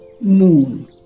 moon